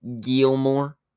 Gilmore